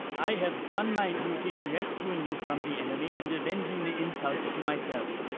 i have done my duty in rescuing you from the enemy and avenging the insult to myself.